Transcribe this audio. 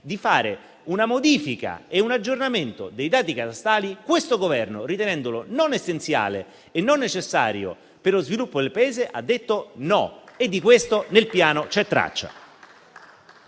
di fare una modifica e un aggiornamento dei dati catastali, questo Governo, ritenendolo non essenziale e non necessario per lo sviluppo del Paese, ha detto di no e di questo nel Piano c'è traccia.